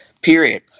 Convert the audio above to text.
period